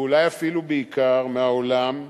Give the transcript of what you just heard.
ואולי אפילו בעיקר, מהעולם,